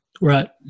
Right